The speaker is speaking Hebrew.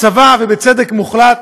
הצבא, ובצדק מוחלט,